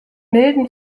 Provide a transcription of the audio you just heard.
milden